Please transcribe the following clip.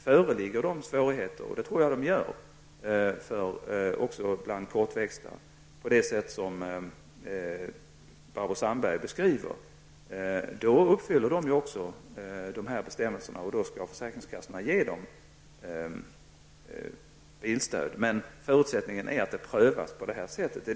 Föreligger det svårigheter bland kortväxta, och det tror jag att det också gör, på det sätt som Barbro Sandberg beskriver, uppfyller de personerna också kraven i dessa bestämmelser, och då skall försäkringskassorna ge dem bilstöd. Men förutsättningen är att prövning sker på detta sätt.